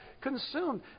consumed